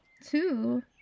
Two